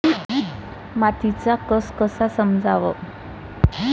मातीचा कस कसा समजाव?